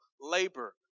labor